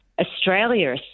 Australia